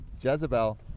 Jezebel